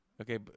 Okay